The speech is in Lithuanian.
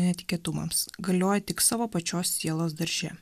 netikėtumams galioja tik savo pačios sielos darže